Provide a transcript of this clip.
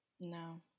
No